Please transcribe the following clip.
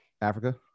Africa